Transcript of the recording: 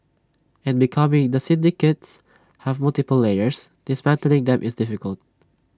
and because the syndicates have multiple layers dismantling them is difficult